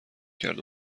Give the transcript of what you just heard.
کرد